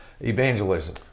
evangelism